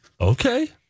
Okay